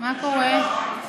מה קורה?